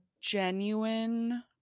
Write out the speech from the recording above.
genuine